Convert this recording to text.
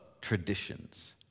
traditions